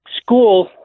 school